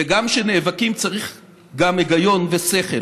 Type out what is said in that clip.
וגם כשנאבקים צריך גם היגיון ושכל.